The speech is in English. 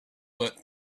that